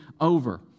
over